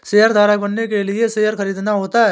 शेयरधारक बनने के लिए शेयर खरीदना होता है